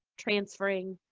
transferring,